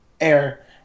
air